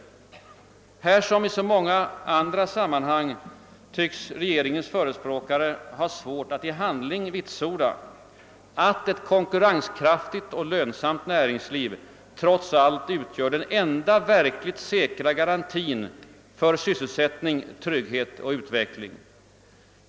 Här som i så många andra sammanhang tycks regeringens förespråkare ha svårt att i handling vitsorda att ett konkurrenskraftigt och lönsamt näringsliv trots allt utgör den enda verkligt säkra garantin för sysselsättning, trygghet och utveckling.